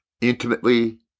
intimately